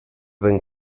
than